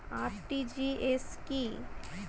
RTGS কি?